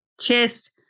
chest